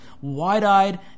wide-eyed